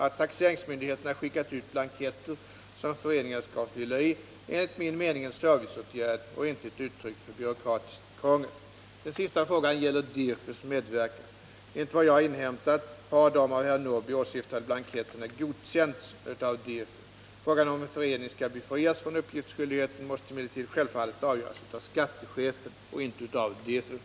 Att taxeringsmyndigheterna skickat ut blanketter som föreningarna skall fylla i är enligt min mening en serviceåtgärd och inte ett uttryck för byråkratiskt krångel. Den sista frågan gäller DEFU:s medverkan. Enligt vad jag har inhämtat har de av herr Norrby åsyftade blanketterna godkänts av DEFU. Frågan om en förening skall befrias från uppgiftsskyldigheten måste emellertid självfallet avgöras av skattechefen och inte av DEFU.